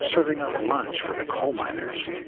serving up lunch for the coal miners.